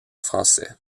français